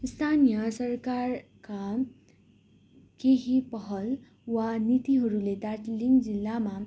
स्थानीय सरकारका केही पहल वा नीतिहरूले दार्जिलिङ जिल्लामा